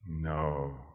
No